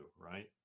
right